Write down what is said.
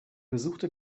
besuchte